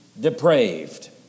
depraved